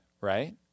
right